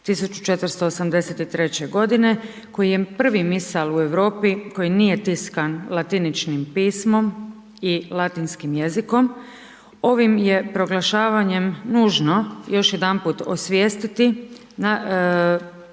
1483. godine koji je prvi Misal u Europi koji nije tiskan latiničnim pismom i latinskim jezikom. Ovim je proglašavanjem nužno još jedanput osvijestiti našu